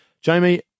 Jamie